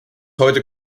heute